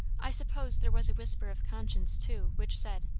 i suppose there was a whisper of conscience, too, which said,